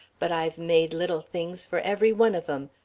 but i've made little things for every one of em.